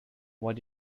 what